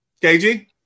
KG